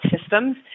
systems